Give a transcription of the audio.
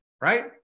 right